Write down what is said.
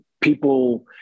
people